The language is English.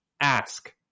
ask